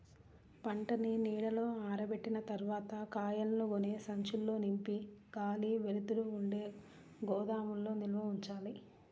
పంటని నీడలో ఆరబెట్టిన తర్వాత కాయలను గోనె సంచుల్లో నింపి గాలి, వెలుతురు ఉండే గోదాముల్లో నిల్వ ఉంచాలి